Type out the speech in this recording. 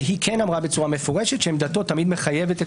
והיא כן עמדה בצורה מפורשת שעמדתו תמיד מחייבת את